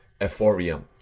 Euphoria